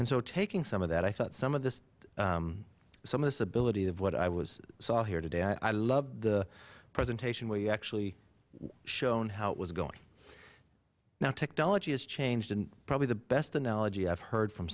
and so taking some of that i thought some of this some of this ability is what i saw here today i loved the presentation where you've actually shown how it was going now technology has changed and probably the best analogy i've heard from